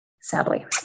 Sadly